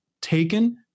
taken